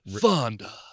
Fonda